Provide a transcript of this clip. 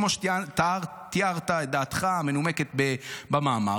כמו שתיארת את דעתך המנומקת במאמר,